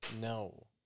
No